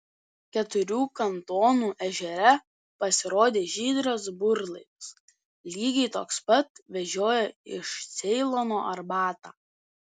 keturių kantonų ežere pasirodė žydras burlaivis lygiai toks pat vežiojo iš ceilono arbatą